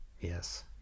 Yes